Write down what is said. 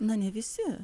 na ne visi